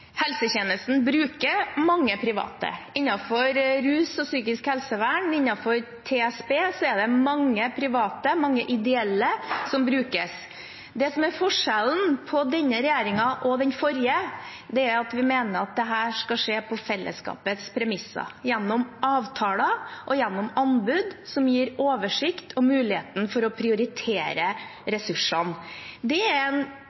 Helsetjenesten bruker mange private. Innenfor rus og psykisk helsevern og innenfor tverrfaglig spesialisert rusbehandling, TSB, er det mange private, mange ideelle som brukes. Det som er forskjellen på denne regjeringen og den forrige, er at vi mener at dette skal skje på fellesskapets premisser, gjennom avtaler og gjennom anbud som gir oversikt og mulighet for å prioritere ressursene. Det er en